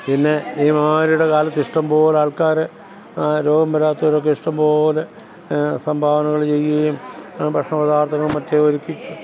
പിന്നെ ഈ മഹാമാരിയുടെ കാലത്ത് ഇഷ്ടംപോലെ ആള്ക്കാർ രോഗം വരാത്തവരൊക്കെ ഇഷ്ടംപോലെ സംഭാവനകൾ ചെയ്യുകയും ഭക്ഷണപദാര്ത്ഥങ്ങളും മറ്റും ഒരുക്കി